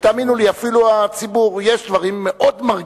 תאמינו לי, אפילו הציבור, יש דברים מאוד מרגיזים.